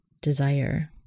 desire